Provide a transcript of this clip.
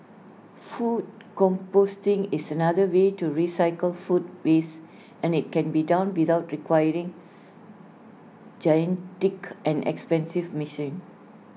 food composting is another way to recycle food waste and IT can be done without requiring and expensive misssion